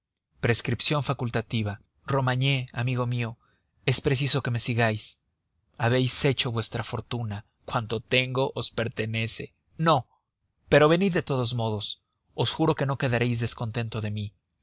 prescripción facultativa romagné amigo mío es preciso que me sigáis habéis hecho vuestra fortuna cuanto tengo os pertenece no pero venid de todos modos os juro que no quedaréis descontento de mí